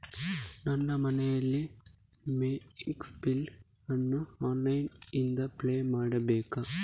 ನನ್ನ ಮನೆಯ ಮೆಸ್ಕಾಂ ಬಿಲ್ ಅನ್ನು ಆನ್ಲೈನ್ ಇಂದ ಪೇ ಮಾಡ್ಬೇಕಾ?